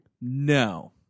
No